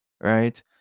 right